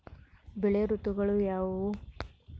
ಬೆಳೆ ಋತುಗಳು ಯಾವ್ಯಾವು?